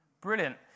Brilliant